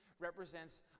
represents